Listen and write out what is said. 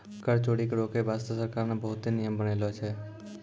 कर चोरी के रोके बासते सरकार ने बहुते नियम बनालो छै